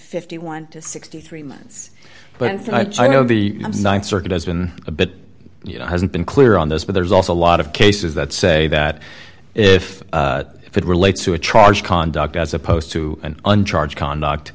fifty one to sixty three months but i know the th circuit has been a bit you know hasn't been clear on this but there's also a lot of cases that say that if it relates to a charge conduct as opposed to an uncharged conduct